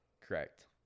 Correct